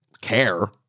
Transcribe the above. care